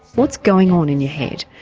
what's going on in your head?